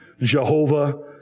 Jehovah